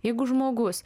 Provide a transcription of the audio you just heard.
jeigu žmogus